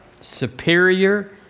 superior